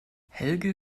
helge